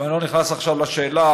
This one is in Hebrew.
ואני לא נכנס עכשיו לשאלה,